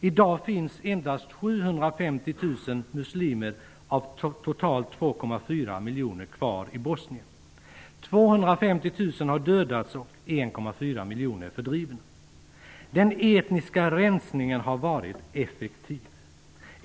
I dag finns endast 750 000 250 000 har dödats och 1,4 miljoner är fördrivna. Den etniska rensningen har varit effektiv.